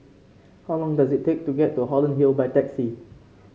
how long does it take to get to Holland Hill by taxi